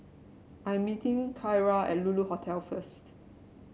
I am meeting Kyra at Lulu Hotel first